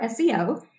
SEO